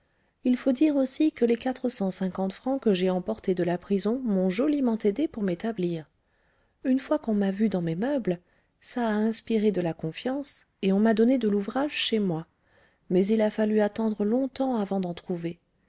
il faut dire aussi que les quatre cent cinquante francs que j'ai emportés de la prison m'ont joliment aidée pour m'établir une fois qu'on m'a vue dans mes meubles ça a inspiré de la confiance et on m'a donné de l'ouvrage chez moi mais il a fallu attendre longtemps avant d'en trouver